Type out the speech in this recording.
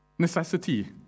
necessity